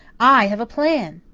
i have a plan!